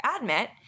admit